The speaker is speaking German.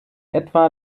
etwa